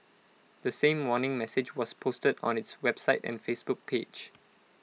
the same warning message was posted on its website and Facebook page